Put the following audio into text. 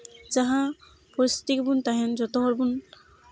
ᱡᱟᱦᱟᱸ ᱯᱚᱨᱤᱥᱛᱷᱤᱛᱤ ᱜᱮᱵᱚᱱ ᱛᱟᱦᱮᱱ ᱡᱚᱛᱚ ᱦᱚᱲᱵᱚᱱ